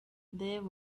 there